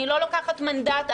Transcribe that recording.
אני לא לוקחת מנדט,